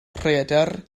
rhaeadr